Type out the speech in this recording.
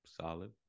solid